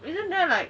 isn't that like